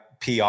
PR